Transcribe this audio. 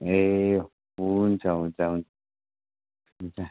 ए हुन्छ हुन्छ हुन्छ हुन्छ